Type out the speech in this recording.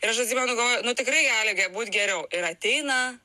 ir aš atsimenu galvoju nu tikrai gali gi būt geriau ir ateina